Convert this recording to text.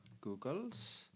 Google's